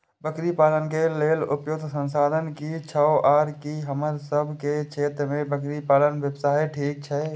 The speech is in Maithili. बकरी पालन के लेल उपयुक्त संसाधन की छै आर की हमर सब के क्षेत्र में बकरी पालन व्यवसाय ठीक छै?